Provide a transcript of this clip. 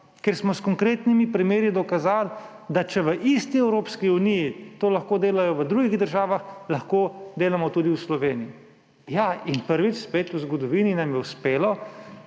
Ker smo s konkretnimi primeri dokazali, da če v isti Evropski uniji to lahko delajo v drugih državah, lahko delamo tudi v Sloveniji.« Ja in spet prvič v zgodovini nam je uspelo,